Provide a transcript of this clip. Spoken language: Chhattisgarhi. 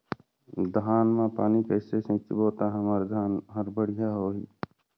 धान मा पानी कइसे सिंचबो ता हमर धन हर बढ़िया होही?